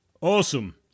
Awesome